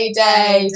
day